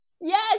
Yes